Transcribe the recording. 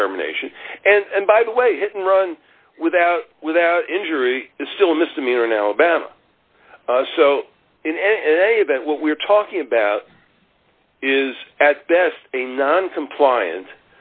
determination and by the way hit and run without without injury is still a misdemeanor in alabama so in any event what we're talking about is at best a non compliant